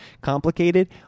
complicated